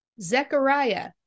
Zechariah